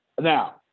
Now